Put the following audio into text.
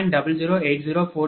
9857392 0